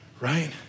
right